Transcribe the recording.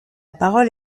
parole